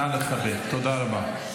נא לכבד, תודה רבה.